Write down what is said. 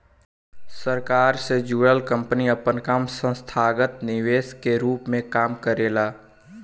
सरकार से जुड़ल कंपनी आपन काम संस्थागत निवेशक के रूप में काम करेला